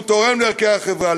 שהוא תורם לערכי החברה,